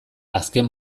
azken